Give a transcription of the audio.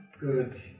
Good